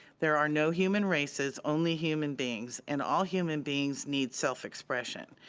there are no human races, only human beings, and all human beings need self-expression,